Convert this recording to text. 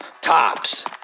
Tops